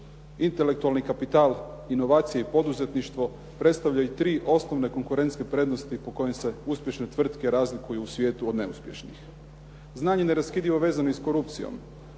intelektualni kapital, inovacije i poduzetništvo predstavljaju tri osnovne konkurentske prednosti po kojoj se uspješne tvrtke razlikuju u svijetu od neuspješnih. Znanje je neraskidivo vezano i s korupcijom.